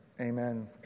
Amen